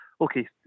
okay